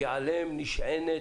כי עליהם נשענת,